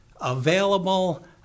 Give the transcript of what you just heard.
available